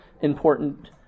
important